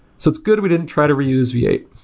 so, it's good we didn't try to reuse v eight.